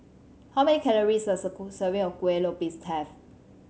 how many calories does serving of Kueh Lopes have